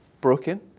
broken